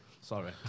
Sorry